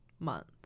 month